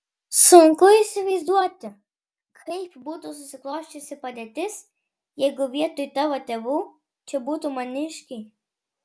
sunku įsivaizduoti kaip būtų susiklosčiusi padėtis jeigu vietoj tavo tėvų čia būtų maniškiai